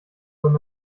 where